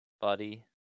Buddy